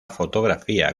fotografía